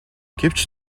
гэвч